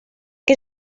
que